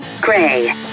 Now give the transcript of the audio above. Gray